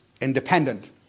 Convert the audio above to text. independent